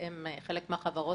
חלק מהחברות